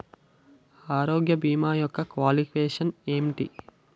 ఆరోగ్య భీమా యెక్క క్వాలిఫికేషన్ ఎంటి?